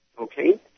okay